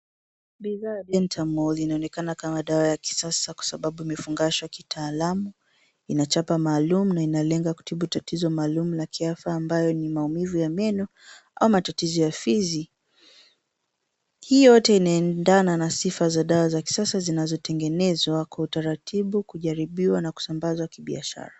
Bidhaa Dentamol inaoneka kama dawa ya kisasa kwasababu imefungashwa kitaalamu. Ina chapa maalum na inalenga kutibu tatizo maalum la kiafya ambayo ni maumivu ya meno ama tatizo ya fizi. Hii yote inaendana na sifa za dawa za kisasa zinazotengenezwa kwa utaratibu kujaribiwa na kusambaza kibiashara.